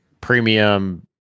premium